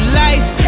life